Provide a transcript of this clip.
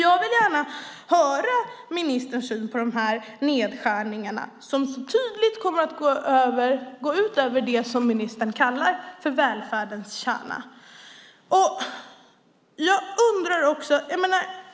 Jag vill gärna höra ministerns syn på dessa nedskärningar som så tydligt kommer att gå ut över det som ministern kallar välfärdens kärna.